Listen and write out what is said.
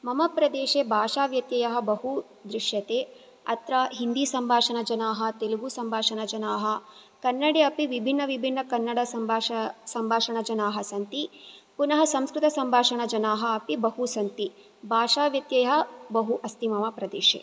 मम प्रदेशे भाषा व्यत्ययः बहु दृश्यते अत्र हिन्दीसम्भाषणजनाः तेलुगुसम्भाषणजनाः कन्नडे अपि विभिन्न विभिन्न कन्नडसम्भाष सम्भाषणजनाः सन्ति पुनः संस्कृतसम्भाषणजनाः अपि बहु सन्ति भाषाव्यत्ययः बहु अस्ति मम प्रदेशे